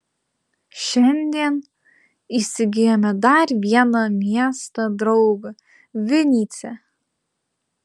šiandien įsigijome dar vieną miestą draugą vinycią